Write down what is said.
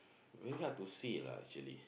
very hard to see lah actually